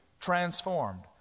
transformed